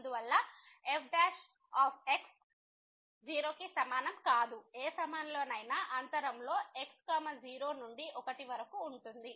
అందువల్ల f ≠ 0 ఏ సమయంలోనైనా అంతరం లో x 0 నుండి 1 వరకు ఉంటుంది